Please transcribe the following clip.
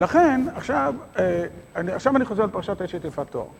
לכן עכשיו, עכשיו אני חוזר לפרשת אשת יפת תואר.